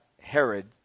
Herod